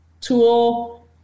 tool